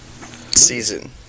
season